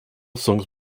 songs